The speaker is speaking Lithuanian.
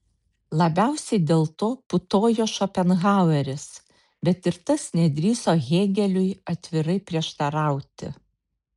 labiausiai dėl to putojo šopenhaueris bet ir tas nedrįso hėgeliui atvirai prieštarauti